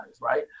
right